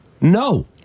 No